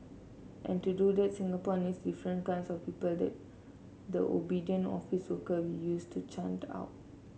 and to do that Singapore needs different kinds of people than the obedient office worker we used to churned out